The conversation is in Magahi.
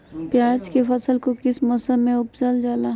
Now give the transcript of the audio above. प्याज के फसल को किस मौसम में उपजल जाला?